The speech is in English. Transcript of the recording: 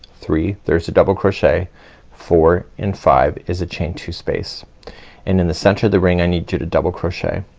three, there's a double crochet four and five is a chain two space and in the center of the ring i need you to double crochet.